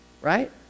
Right